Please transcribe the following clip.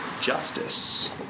justice